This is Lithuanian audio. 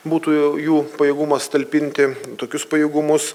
būtų jų pajėgumas talpinti tokius pajėgumus